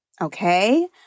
Okay